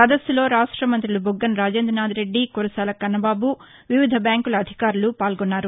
సదస్సులో రాష్ట మంతులు బుగ్గన రాజేందనాధ్రెడ్డి కురసాల కన్నబాబు వివిధ బ్యాంకుల అధికారులు పాల్గొన్నారు